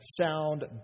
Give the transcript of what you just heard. sound